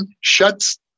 shuts